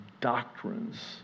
doctrines